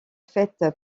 fête